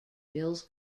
bills